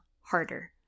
harder